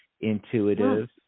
Intuitive